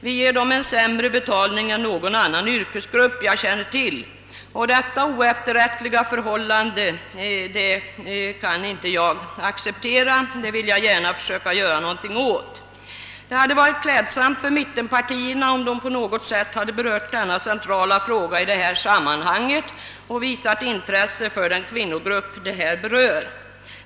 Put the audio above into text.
Vi ger dem en sämre betalning än vad någon annan yrkesgrupp har som jag känner till, och detta oefterrättliga förhållande kan jag inte acceptera. Jag vill gärna försöka göra något åt det. Det hade varit klädsamt för mittenpartierna om man på något sätt hade berört den centrala frågan i sammanhanget och visat intresse för den kvinnogrupp som här beröres.